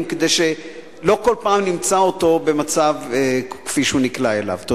כדי שלא בכל פעם נמצא אותו במצב שהוא נקלע אליו.